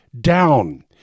down